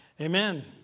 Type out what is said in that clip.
Amen